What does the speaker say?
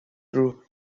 true